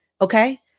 okay